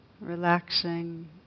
Relaxing